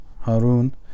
Harun